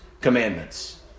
commandments